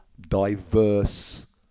diverse